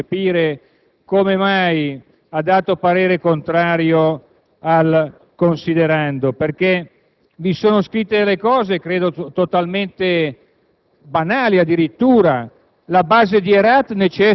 e deriva proprio da quanto é stato illustrato nel considerando. Il relatore mi perdoni - forse c'era un po' di confusione prima perché c'era un'Aula abbastanza chiassosa - ma non sono riuscito a recepire